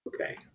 Okay